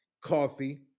Coffee